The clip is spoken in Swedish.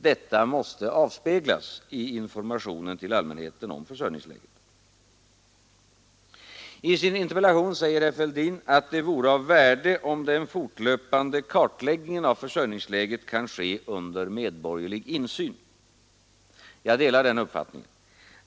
Detta måste avspeglas i informationen till allmänheten om försörjningsläget. I sin interpellation säger herr Fälldin att det vore av värde om den fortlöpande kartläggningen av försörjningsläget kan ske under medborgerlig insyn. Jag delar den uppfattningen.